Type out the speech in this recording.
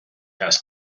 has